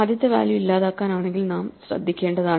ആദ്യത്തെ വാല്യൂ ഇല്ലാതാക്കാൻ ആണെങ്കിൽ നാം ശ്രദ്ധിക്കേണ്ടതാണ്